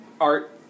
art